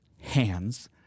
hands